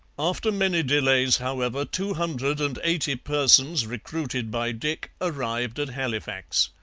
after many delays, however, two hundred and eighty persons recruited by dick arrived at halifax.